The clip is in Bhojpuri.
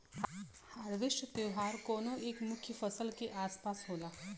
हार्वेस्ट त्यौहार कउनो एक मुख्य फसल के आस पास होला